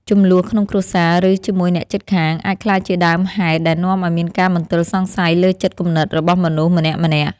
ជម្លោះក្នុងគ្រួសារឬជាមួយអ្នកជិតខាងអាចក្លាយជាដើមហេតុដែលនាំឱ្យមានការមន្ទិលសង្ស័យលើចិត្តគំនិតរបស់មនុស្សម្នាក់ៗ។